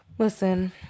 Listen